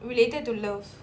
related to love